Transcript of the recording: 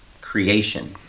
creation